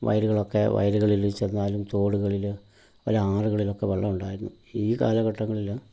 വയലുകളിലൊക്കെ വയലുകളിൽ ചെന്നാലും തോടുകളിൽ വല്ല ആറുകളിലക്കെ വെള്ളമുണ്ടായിരുന്നു ഈ കാലഘട്ടങ്ങളിൽ